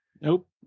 Nope